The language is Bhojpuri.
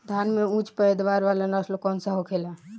धान में उच्च पैदावार वाला नस्ल कौन सा होखेला?